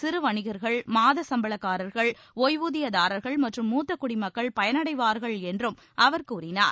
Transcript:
சிறு வணிகர்கள் மாதச் சம்பளதாரர்கள் ஒய்வூதியர்கள் மற்றும் மூத்த குடிமக்கள் பயனடைவார்கள் என்றும் அவர் கூறினார்